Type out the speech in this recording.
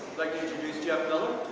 like to introduce jeff miller.